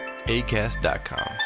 ACAST.com